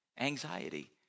anxiety